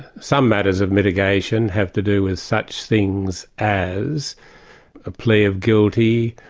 some matters of mitigation have to do with such things as a plea of guilty,